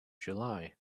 july